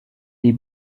les